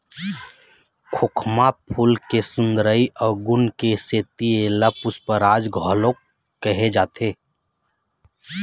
खोखमा फूल के सुंदरई अउ गुन के सेती एला पुस्पराज घलोक कहे जाथे